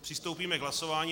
Přistoupíme k hlasování.